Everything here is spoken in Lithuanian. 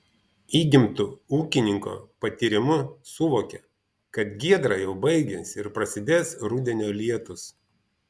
įgimtu ūkininko patyrimu suvokė kad giedra jau baigiasi ir prasidės rudenio lietūs